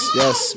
yes